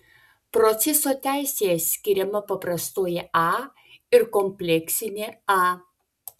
proceso teisėje skiriama paprastoji a ir kompleksinė a